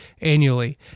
annually